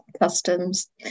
customs